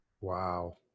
Wow